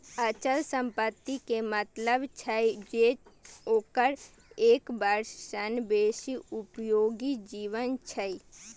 अचल संपत्ति के मतलब छै जे ओकर एक वर्ष सं बेसी उपयोगी जीवन छै